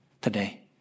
today